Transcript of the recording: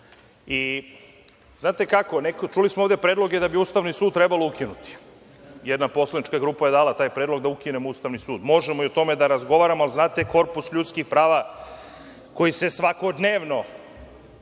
Ustavnog suda. Čuli smo ovde predloge da bi Ustavni sud trebalo ukinuti. Jedna poslanička grupa je dala taj predlog da ukinemo Ustavni sud. Možemo i o tome da razgovaramo, ali znate, korpus ljudskih prava koji se svakodnevno